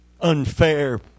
Unfair